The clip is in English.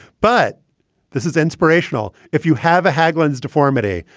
but this is inspirational. if you have a hagman's deformity,